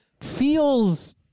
feels